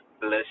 bless